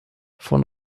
von